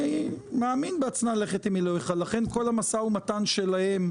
הכול בסדר והכול למען עם ישראל.